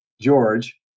George